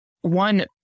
one